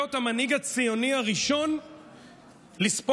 להיות המנהיג הציוני הראשון שסופג